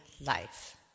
life